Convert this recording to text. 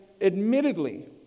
admittedly